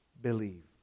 believe